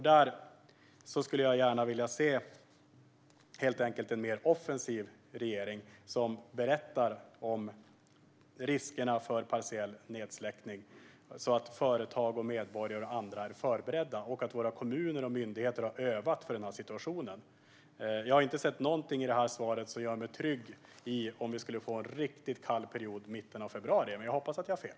Därför skulle jag gärna vilja se en mer offensiv regering, som berättar om riskerna för partiell nedsläckning, så att företag, medborgare och andra är förberedda och att våra kommuner och myndigheter har övat för den här situationen. Jag har inte sett något i svaret som gör mig trygg om vi skulle få en riktigt kall period i mitten av februari, men jag hoppas att jag har fel.